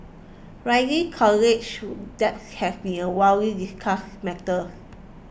rising college debt has been a widely discussed matter